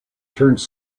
turns